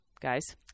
guys